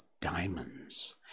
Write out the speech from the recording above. diamonds